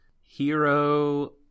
Hero